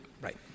Right